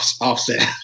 offset